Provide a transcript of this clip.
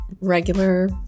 regular